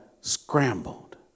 scrambled